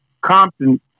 Compton